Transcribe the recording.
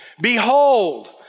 Behold